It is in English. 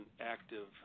active